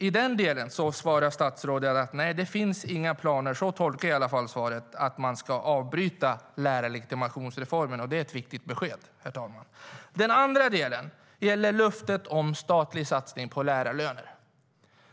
I den delen tolkar jag statsrådets svar som att det inte finns några planer på att avbryta lärarlegitimationsreformen, och det är ett viktigt besked, herr talman. Den andra delen gäller löftet om en statlig satsning på lärarlöner.